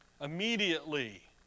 Immediately